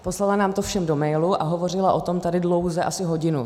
Poslala nám to všem do mailu a hovořila o tom tady dlouze asi hodinu.